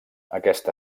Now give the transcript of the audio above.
aquesta